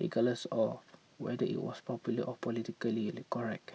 regardless of whether it was popular or politically correct